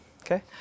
Okay